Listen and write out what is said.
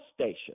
station